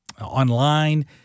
online